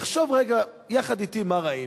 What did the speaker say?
תחשוב רגע יחד אתי מה ראינו.